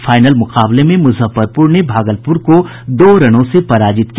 final मुकाबले में मुजफ्फरपुर ने भागलपुर को दो रनों से पराजित किया